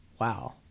wow